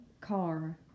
car